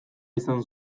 izan